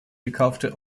gekaufte